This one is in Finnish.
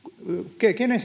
kenen